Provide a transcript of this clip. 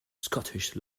scottish